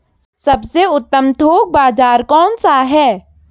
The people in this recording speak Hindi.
सबसे उत्तम थोक बाज़ार कौन सा है?